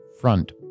Front